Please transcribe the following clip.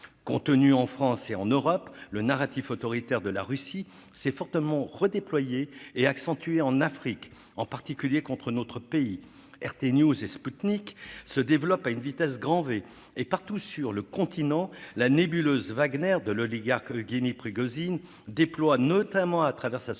Contenu en France et en Europe, le narratif autoritaire de la Russie s'est fortement redéployé et accentué en Afrique, en particulier contre notre pays. RT News et Sputnik se développent à vitesse « grand V » partout sur le continent, et la nébuleuse Wagner de l'oligarque Yevgeny Prigozhin déploie, notamment à travers sa société